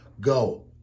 Go